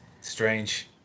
strange